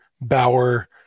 Bauer